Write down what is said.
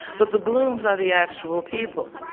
but the blooms are the actual people.